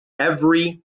every